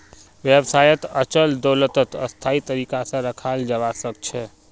व्यवसायत अचल दोलतक स्थायी तरीका से रखाल जवा सक छे